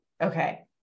Okay